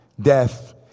death